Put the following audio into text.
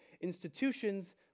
institutions